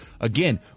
again